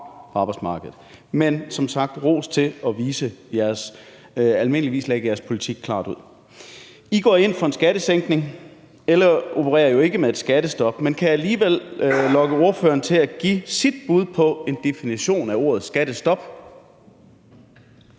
arbejdsmarkedet. Men som sagt vil jeg rose jer for almindeligvis at lægge jeres politik klart frem. I går i LA ind for en skattesænkning. LA opererer jo ikke med et skattestop, men kan jeg alligevel lokke ordføreren til at give sit bud på en definition af ordet skattestop?